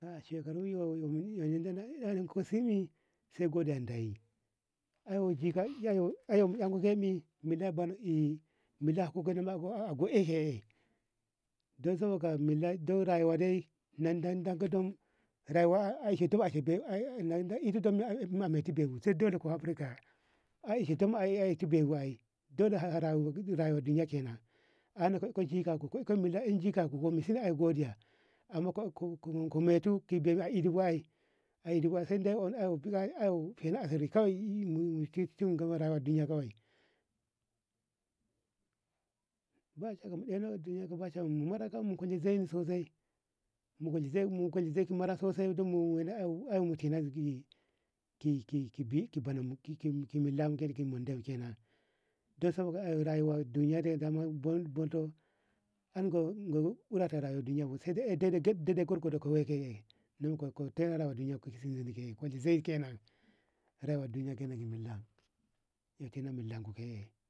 shekaru yo- yo- yo dolunko simi sai gode deyi ae mu yo ko jika kebi milla banno ey milla gonna ma a ako ey eh don saboda milla don rayuwa de don deka dam rayuwa aishito ashide dumiko dunɗi dole rama rayo binye kenan har na injika ko milla ko jikako bo misu ae godiya amman ka metu ki buɗu a ishi wari amman saiko feno asiri kawai mu sun rayuwa ma binye kawai bashakka mu dina binye kawai zena mara sosai don mu waina ey mutina ki ga bunemu mu ki milla ka mundemu kenan don saboda rayuwa rama binye de dama bunto sai ko ey daidai ko kawai rayuwa ma binye saiko ka ey daidai gorgodo ko ke'e nonko de rama binye binye milla nama tina milla ku ke'e